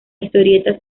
historieta